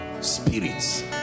spirits